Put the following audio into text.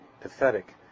pathetic